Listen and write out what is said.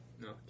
No